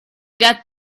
get